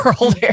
World